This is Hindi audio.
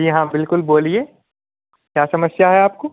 जी हाँ बिल्कुल बोलिए क्या समस्या है आपको